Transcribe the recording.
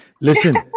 Listen